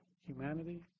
humanity